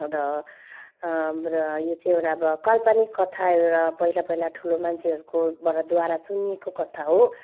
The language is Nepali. र र यो चाहिँ एउटा अब काल्पनिक कथा एउटा पहिला पहिला ठुलो मान्छेहरूकोबाटद्वारा सुनिएको कथा हो